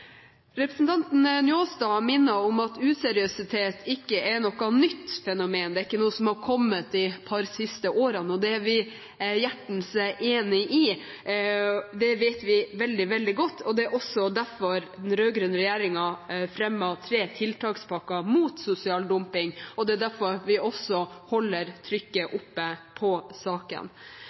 Representanten Njåstad minnet om at useriøsitet ikke er noe nytt fenomen, at det ikke er noe som har kommet de par siste årene, og det er vi hjertens enig i. Det vet vi veldig, veldig godt. Det var også derfor den rød-grønne regjeringen fremmet tre tiltakspakker mot sosial dumping, og det er derfor vi holder trykket oppe på saken.